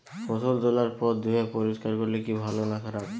ফসল তোলার পর ধুয়ে পরিষ্কার করলে কি ভালো না খারাপ?